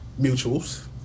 mutuals